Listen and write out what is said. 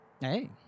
Hey